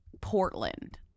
portland